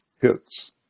hits